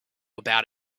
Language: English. about